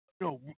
no